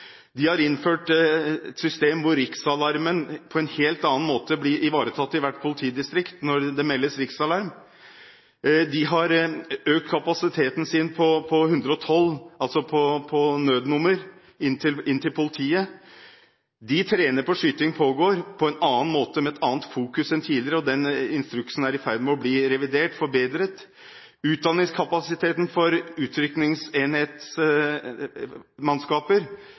De har innført et system hvor riksalarmen blir ivaretatt på en helt annen måte i hvert politidistrikt når det meldes riksalarm. De har økt kapasiteten sin på nødnummeret 112 inn til politiet. De trener på «skyting pågår» på en annen måte og med et annet fokus enn tidligere. Den instruksen er i ferd med å bli revidert og forbedret. Utdanningskapasiteten for